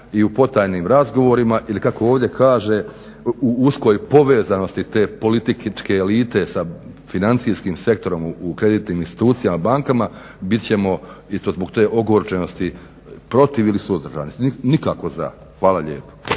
i u potajnim razgovorima ili kako ovdje kaže u uskoj povezanosti te političke elite sa financijskim sektorom u kreditnim institucijama, bankama bit ćemo i to zbog te ogorčenosti protiv ili suzdržani, nikako za. Hvala lijepa.